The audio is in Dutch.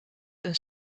een